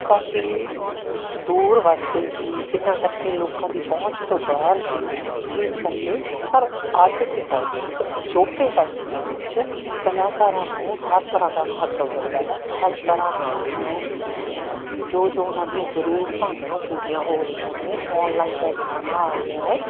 ਕਾਫੀ ਦੂਰ ਵਸਦੇ ਸੀ ਜਿਨ੍ਹਾਂ ਕਰਕੇ ਲੋਕਾਂ ਦੀ ਪਹੁੰਚ ਤੋਂ ਬਾਹਰ ਸੀ ਇਸ ਕਰਕੇ ਪਰ ਅੱਜ ਦੇ ਟਾਈਮ ਦੇ ਵਿੱਚ ਅਜੋਕੇ ਟਾਈਮ ਦੇ ਵਿੱਚ ਕਲਾਕਾਰਾਂ ਨੂੰ ਹਰ ਤਰ੍ਹਾਂ ਦਾ ਮਹੱਤਵ ਮਿਲਦਾ ਹੈ ਹਰ ਤਰ੍ਹਾਂ ਦੀਆਂ ਉਹਨਾਂ ਨੂੰ ਜੋ ਜੋ ਉਹਨਾਂ ਦੀਆਂ ਜ਼ਰੂਰਤਾਂ ਨੇ ਉਹ ਪੂਰੀਆਂ ਹੋ ਰਹੀਆਂ ਨੇ ਔਨਲਾਈਨ ਦਾ ਜ਼ਮਾਨਾ ਆ ਗਿਆ ਹੈ